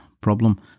problem